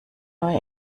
neue